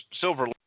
silver